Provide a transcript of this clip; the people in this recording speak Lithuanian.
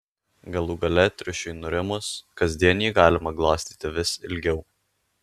galų gale triušiui nurimus kasdien jį galima glostyti vis ilgiau